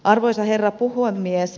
arvoisa herra puhemies